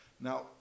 Now